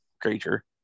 creature